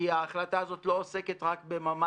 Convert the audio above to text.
כי החלטה הזאת לא עוסקת רק בממ"דים,